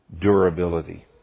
durability